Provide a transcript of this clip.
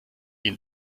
ihn